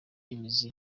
imizi